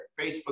Facebook